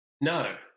No